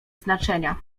znaczenia